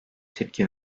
tepki